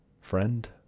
friend